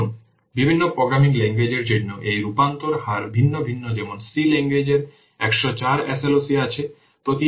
দেখুন বিভিন্ন programming language এর জন্য এই রূপান্তর হার ভিন্ন ভিন্ন যেমন C ল্যাংগুয়েজ এর 104 SLOC আছে প্রতি 1 ফাংশন পয়েন্টে